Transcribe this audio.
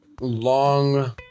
long